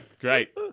Great